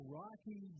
rocky